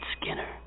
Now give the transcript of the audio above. Skinner